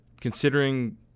considering